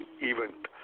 event